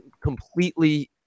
completely –